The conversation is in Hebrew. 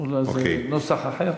אולי זה נוסח אחר.